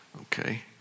Okay